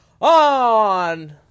on